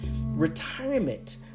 retirement